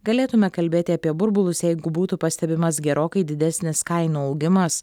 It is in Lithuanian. galėtumėme kalbėti apie burbulus jeigu būtų pastebimas gerokai didesnis kainų augimas